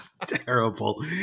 Terrible